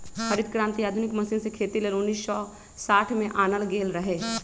हरित क्रांति आधुनिक मशीन से खेती लेल उन्नीस सौ साठ में आनल गेल रहै